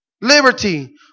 Liberty